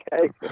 Okay